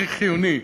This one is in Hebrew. הכי חיוני,